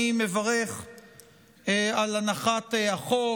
אני מברך על הנחת החוק.